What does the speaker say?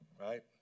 right